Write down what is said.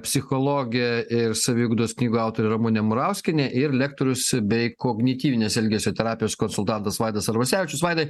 psichologė ir saviugdos knygų autorė ramunė murauskienė ir lektorius bei kognityvinės elgesio terapijos konsultantas vaidas arvasevičius vaidai